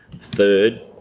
third